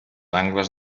angles